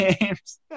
games